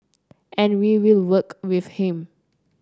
and we will work with him